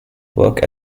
work